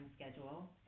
schedule